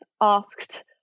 asked